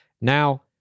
Now